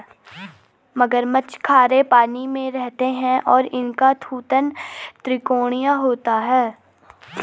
मगरमच्छ खारे पानी में रहते हैं और इनका थूथन त्रिकोणीय होता है